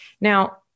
Now